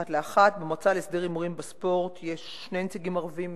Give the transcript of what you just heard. אחת לאחת: במועצה להסדר הימורים בספורט יש שני